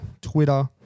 Twitter